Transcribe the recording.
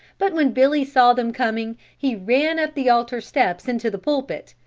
but when billy saw them coming he ran up the altar steps into the pulpit,